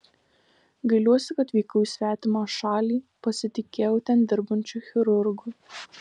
gailiuosi kad vykau į svetimą šalį pasitikėjau ten dirbančiu chirurgu